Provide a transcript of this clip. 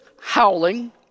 howling